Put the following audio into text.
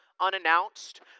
unannounced